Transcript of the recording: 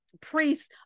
priests